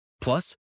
Plus